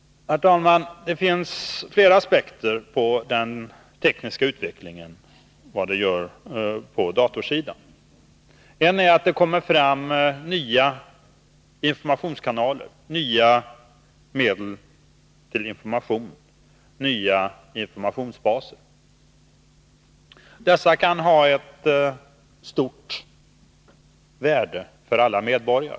Herr talman! Det finns flera aspekter på den tekniska utvecklingen på datasidan. En är att det kommer fram nya informationskanaler, nya medel för information, nya informationsbaser. Dessa kan ha ett stort värde för alla medborgare.